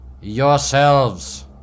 yourselves